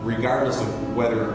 regardless of whether